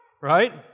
Right